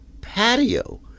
patio